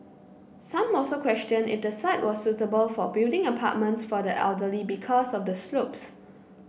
some also questioned if the site was suitable for building apartments for the elderly because of the slopes